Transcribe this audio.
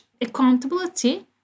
accountability